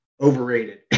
Overrated